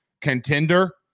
contender